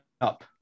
up